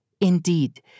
Indeed